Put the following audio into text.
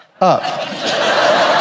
up